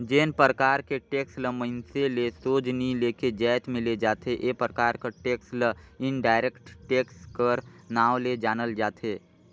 जेन परकार के टेक्स ल मइनसे ले सोझ नी लेके जाएत में ले जाथे ए परकार कर टेक्स ल इनडायरेक्ट टेक्स कर नांव ले जानल जाथे